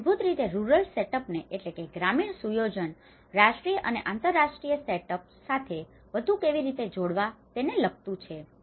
તેથી મૂળભૂત રીતે રૂરલ સેટઅપને rural set up ગ્રામીણ સુયોજન રાષ્ટ્રીય અને આંતરરાષ્ટ્રીય સેટઅપ્સ set ups સુયોજન સાથે વધુ કેવી રીતે જોડવા તેને લગતું છે